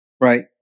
right